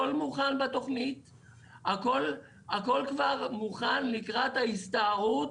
הכול כבר מוכן לקראת ההסתערות